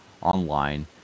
online